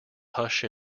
hush